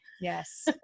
Yes